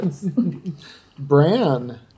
Bran